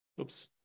Oops